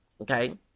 Okay